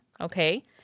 okay